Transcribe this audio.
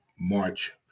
March